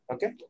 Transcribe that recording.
Okay